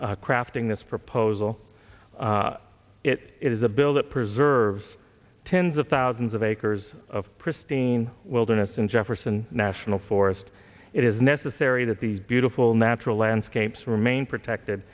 in crafting this proposal it is a bill that preserves tens of thousands of acres of pristine wilderness and jefferson national forest it is necessary that these beautiful natural landscapes remain protected